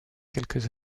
quelques